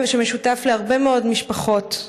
שמשותפת להרבה מאוד משפחות,